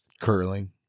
Curling